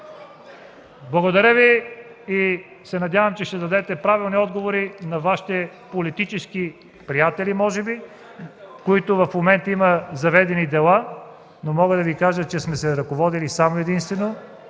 Благодаря Ви и се надявам, че ще дадете правилни отговори на Вашите политически приятели може би, срещу които в момента има заведени дела. Но мога да Ви кажа, че сме се ръководили само и единствено